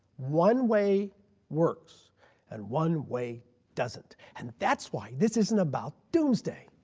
one way works and one way doesn't. and that's why this isn't about doomsday.